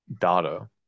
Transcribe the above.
data